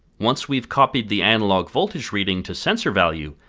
once we have copied the analog voltage reading to sensorvalue,